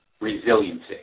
resiliency